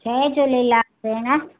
जय झूलेलाल भेण